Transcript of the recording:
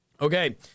Okay